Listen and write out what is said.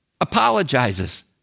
apologizes